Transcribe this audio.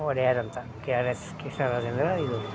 ಒಡೆಯರ್ ಅಂತ K R S Krishnarajendra ಇದು